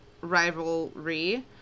rivalry